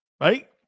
Right